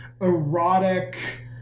erotic